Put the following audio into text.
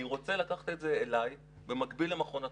אני רוצה לקחת את זה אליי במקביל למכון התקנים,